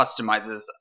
customizes